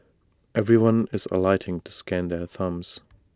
everyone is alighting to scan their thumbs